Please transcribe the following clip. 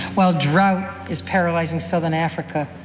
while drought is paralyzing southern africa.